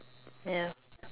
ya